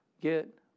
get